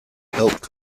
helped